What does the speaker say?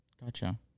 Gotcha